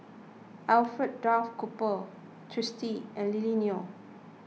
Alfred Duff Cooper Twisstii and Lily Neo